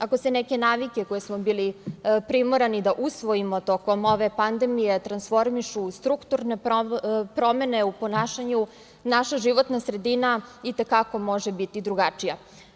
Ako se neke navike koje smo bili primorani da usvojimo tokom ove pandemije, transformišu u strukturne promene u ponašanju, naša životna sredina i te kako može biti drugačija.